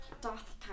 doth